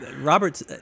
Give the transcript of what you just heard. Robert